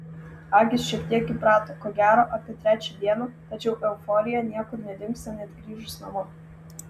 akys šiek tiek įprato ko gero apie trečią dieną tačiau euforija niekur nedingsta net grįžus namo